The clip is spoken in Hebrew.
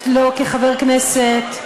כחבר כנסת,